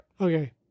Okay